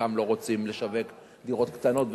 חלקם לא רוצים לשווק דירות קטנות וכו'